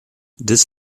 this